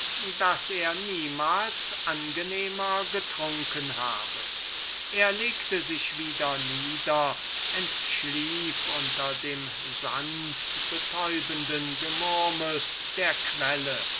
daß er niemals angenehmer getrunken habe er legte sich hierauf wieder nieder entschlief unter dem sanftbetäubenden gemurmel der quelle